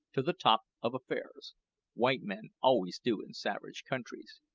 to the top of affairs white men always do in savage countries.